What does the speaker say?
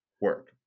work